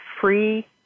free